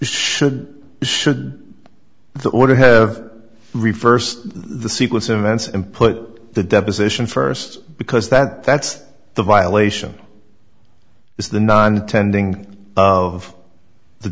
should should the order have reversed the sequence of events and put the deposition first because that that's the violation is the non tending of the